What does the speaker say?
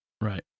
right